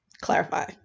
clarify